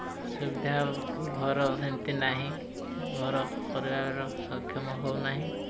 ସୁବିଧା ଆଉ ଘର ସେମିତି ନାହିଁ ଘର କରିବାର ସକ୍ଷମ ହେଉନାହିଁ